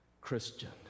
Christian